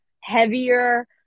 heavier